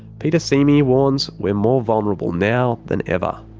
peter simi warns we're more vulnerable now than ever.